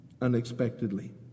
unexpectedly